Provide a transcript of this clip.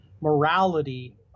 morality